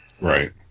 Right